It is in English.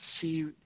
see